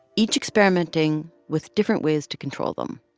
each experimenting with different ways to control them.